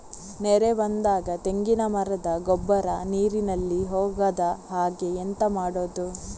ನೆರೆ ಬಂದಾಗ ತೆಂಗಿನ ಮರದ ಗೊಬ್ಬರ ನೀರಿನಲ್ಲಿ ಹೋಗದ ಹಾಗೆ ಎಂತ ಮಾಡೋದು?